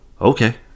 Okay